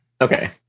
Okay